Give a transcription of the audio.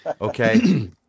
Okay